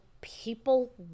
people